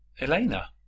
Elena